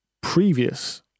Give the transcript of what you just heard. previous